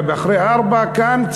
אחרי 16:00 כאן,